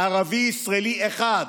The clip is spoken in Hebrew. ערבי ישראלי אחד,